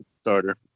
starter